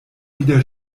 wieder